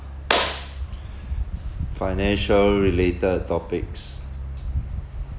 financial related topics